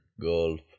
golf